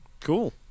Cool